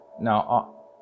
Now